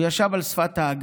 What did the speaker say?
הוא ישב על שפת האגם.